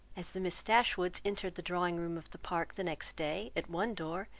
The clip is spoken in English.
as the miss dashwoods entered the drawing-room of the park the next day, at one door,